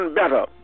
better